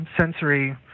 sensory